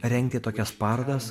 rengti tokias parodas